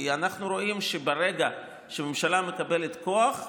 כי אנחנו רואים שברגע שממשלה מקבלת כוח,